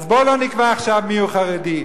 אז בוא לא נקבע עכשיו מיהו חרדי.